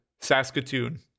Saskatoon